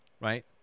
right